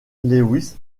lewis